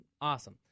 awesome